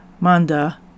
manda